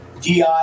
di